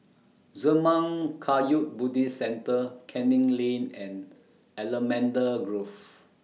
Zurmang Kagyud Buddhist Centre Canning Lane and Allamanda Grove